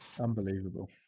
Unbelievable